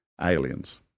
aliens